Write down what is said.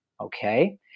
Okay